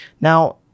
Now